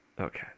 Okay